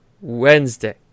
Wednesday